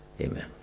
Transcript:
Amen